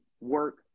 work